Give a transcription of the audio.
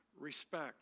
respect